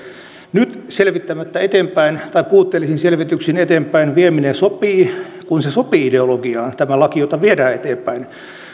nyt selvittämättä eteenpäin tai puutteellisin selvityksin eteenpäin vieminen sopii kun se sopii ideologiaan tämä laki jota viedään eteenpäin